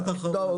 לא,